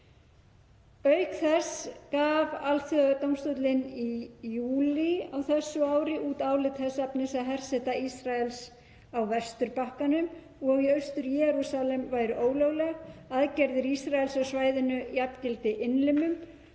Auk þess gaf Alþjóðadómstóllinn í júlí á þessu ári út álit þess efnis að herseta Ísraels á Vesturbakkanum og í Austur-Jerúsalem væri ólögleg, aðgerðir Ísraels á svæðinu jafngildi innlimun